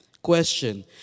Question